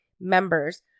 members